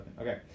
Okay